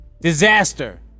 Disaster